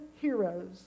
heroes